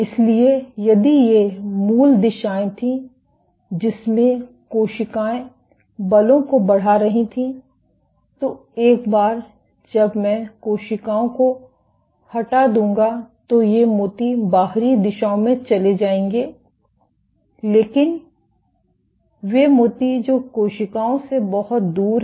इसलिए यदि ये मूल दिशाएँ थीं जिसमें कोशिकाएं बलों को बढ़ा रही थीं तो एक बार जब मैं कोशिकाओं को हटा दूंगा तो ये मोती बाहरी दिशाओं में चले जाएंगे लेकिन वे मोती जो कोशिका से बहुत दूर हैं